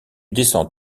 descends